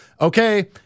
okay